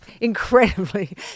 incredibly